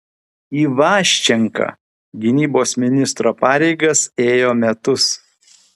ivaščenka gynybos ministro pareigas ėjo metus